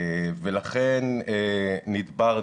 ולכן הרשות